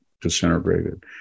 disintegrated